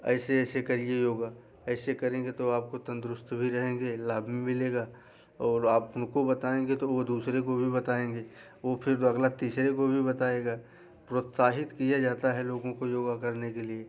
ऐसे ऐसे कीजिए योग ऐसे करेंगे तो आपको तंदरुस्त भी रहेंगे लाभ भी मिलेगा और आप उनको बताएंगे तो वो दूसरे को भी बताएंगे वो फिर अगला तीसरे को भी बताएगा प्रोत्साहित किया जाता है लोगों को योग करने के लिए